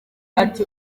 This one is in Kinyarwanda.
ati